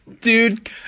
dude